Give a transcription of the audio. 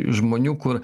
žmonių kur